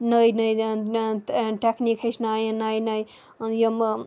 نٔے نٔے and technique ہیٚچھنایَن نَیہِ نَیہِ یِمہٕ